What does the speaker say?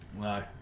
no